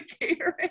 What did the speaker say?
catering